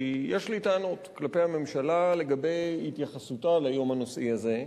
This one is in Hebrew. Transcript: כי יש לי טענות כלפי הממשלה לגבי התייחסותה ליום הנושאי הזה,